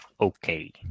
Okay